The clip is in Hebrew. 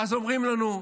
ואז אומרים לנו: